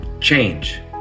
change